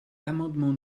l’amendement